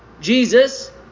jesus